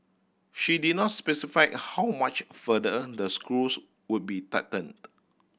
she did not specify how much further the screws would be tightened